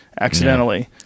accidentally